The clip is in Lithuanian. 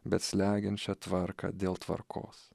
bet slegiančią tvarką dėl tvarkos